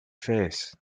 face